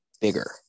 bigger